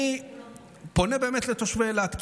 אני באמת פונה לתושבי אילת,